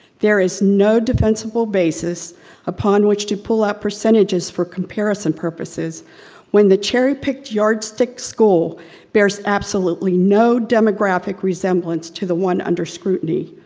there is no defensible basis upon which to pull out percentages for comparison purposes when the cherry picked yard school bears absolutely no demographic resemblance to the one under scrutiny.